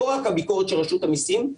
לא רק הביקורת של רשות המיסים,